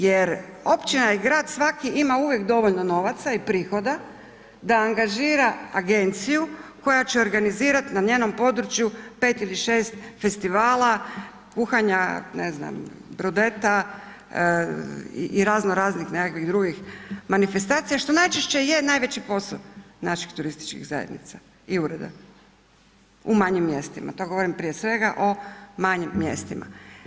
Jer općina i grad svaki ima uvijek dovoljno novaca i prihoda da angažira agenciju koja će organizirati na njenom području 5 ili 6 festivala kuhanja, ne znam brudeta i razno raznih nekakvih drugih manifestacija što najčešće je najveći posao naših turističkih zajednica i ureda u manjim mjestima, to govorim prije svega o manjim mjestima.